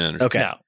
Okay